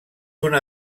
una